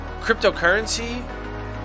cryptocurrency